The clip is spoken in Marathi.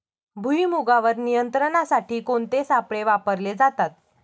भुईमुगावर नियंत्रणासाठी कोणते सापळे वापरले जातात?